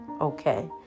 okay